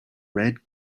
red